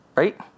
Right